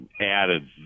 added